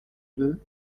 deux